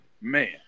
man